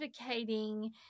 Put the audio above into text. advocating